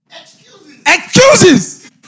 Excuses